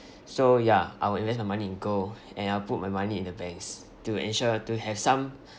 so ya I would invest my money in gold and I'll put my money in the banks to ensure to have some